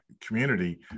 community